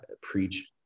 preach